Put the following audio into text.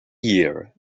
year